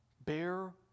Bear